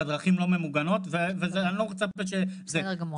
הדרכים לא ממוגנות ואני לא --- בסדר גמור,